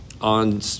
on